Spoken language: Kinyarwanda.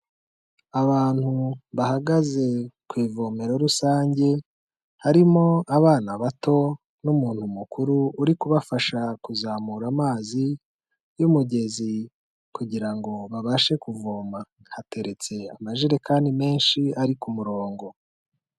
Abantu bahagaze ku ivomero rusange, harimo abana bato n'umuntu mukuru uri kubafasha kuzamura amazi y'umugezi kugira ngo babashe kuvoma, hateretse amajerekani menshi ari ku murongo.